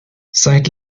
seit